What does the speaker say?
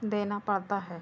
देना पड़ता है